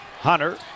Hunter